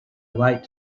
light